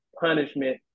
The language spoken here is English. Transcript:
punishment